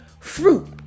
fruit